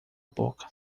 boca